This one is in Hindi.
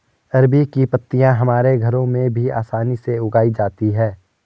अरबी की पत्तियां हमारे घरों में भी आसानी से उगाई जाती हैं